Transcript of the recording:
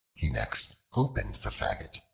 he next opened the faggot,